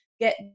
get